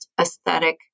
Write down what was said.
aesthetic